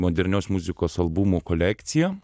modernios muzikos albumų kolekciją